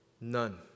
None